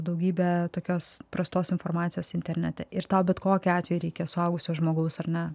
daugybę tokios prastos informacijos internete ir tau bet kokiu atveju reikia suaugusio žmogaus ar ne